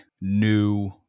new